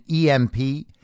EMP